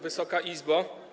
Wysoka Izbo!